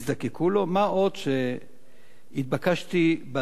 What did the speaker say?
מה עוד שכשהתבקשתי בדחייה האחרונה